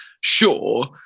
sure